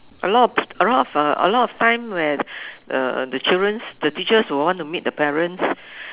a lot a lot of uh a lot of time where uh the children's the teachers will want to meet the parents